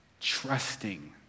trusting